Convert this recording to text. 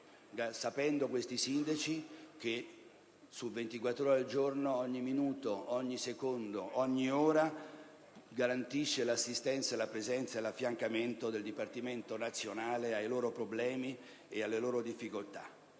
sapendo questi sindaci che su 24 ore al giorno, ogni minuto, ogni secondo e ogni ora, è garantita l'assistenza, la presenza e l'affiancamento del Dipartimento nazionale ai loro problemi e alle loro difficoltà.